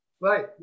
Right